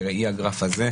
בראי הגרף הזה,